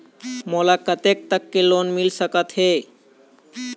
मोला कतेक तक के लोन मिल सकत हे?